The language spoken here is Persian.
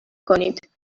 کنید